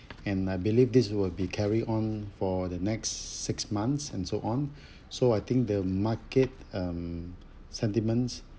and I believe this will be carry on for the next six months and so on so I think the market um sentiments